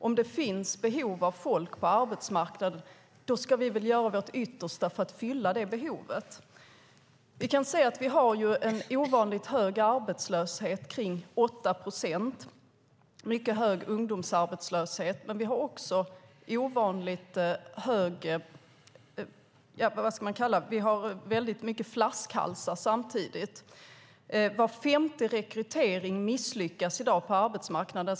Om det finns behov av folk på arbetsmarknaden ska väl vi göra vårt yttersta för att fylla det behovet. Vi kan se att vi har en ovanligt hög arbetslöshet, kring 8 procent. Vi har mycket hög ungdomsarbetslöshet. Vi har samtidigt mycket flaskhalsar. Var femte rekrytering misslyckas i dag på arbetsmarknaden.